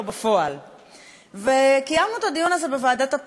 קיימנו את הדיון הזה בוועדת הפנים עם הרב גפני שהביא את החוק,